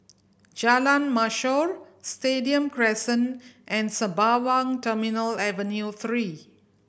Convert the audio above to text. Jalan Mashor Stadium Crescent and Sembawang Terminal Avenue Three